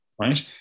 right